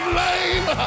lame